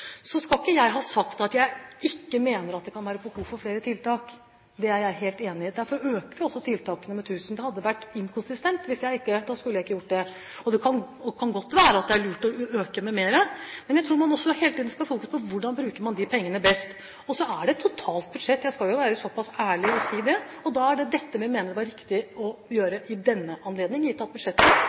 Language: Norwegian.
Så skal ikke jeg ha sagt at jeg ikke mener at det kan være behov for flere tiltak. Det er jeg helt enig i at det er. Derfor øker vi også tiltakene med 1 000. Det hadde vært inkonsistent hvis vi ikke hadde gjort det. Det kan godt være at det er lurt å øke med mer, men jeg tror man også hele tiden skal fokusere på hvordan man bruker de pengene best. Så er det et totalt budsjett. Jeg skal være såpass ærlig og si det, og da er det dette vi mener er riktig å gjøre ved denne anledning, gitt at budsjettet